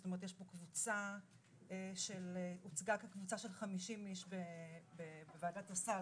יש פה קבוצה שהוצגה כקבוצה של 50 איש בוועדת הסל.